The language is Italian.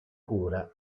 cura